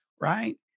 right